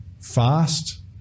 fast